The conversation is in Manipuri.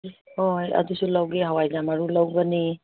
ꯍꯣꯏ ꯑꯗꯨꯁꯨ ꯂꯧꯒꯦ ꯍꯋꯥꯏꯖꯥꯔ ꯃꯔꯨ ꯂꯧꯒꯅꯤ